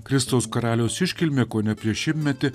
kristaus karaliaus iškilmė kone prieš šimtmetį